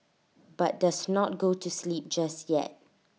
but does not go to sleep just yet